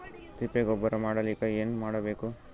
ತಿಪ್ಪೆ ಗೊಬ್ಬರ ಮಾಡಲಿಕ ಏನ್ ಮಾಡಬೇಕು?